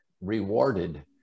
rewarded